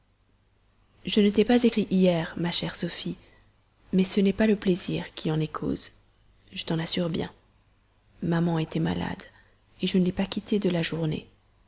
je ne t'ai pas écrit hier ma chère sophie mais ce n'est pas le plaisir qui en est cause je t'en assure bien maman était malade je ne l'ai pas quittée de la journée